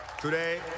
today